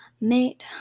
Mate